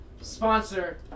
sponsor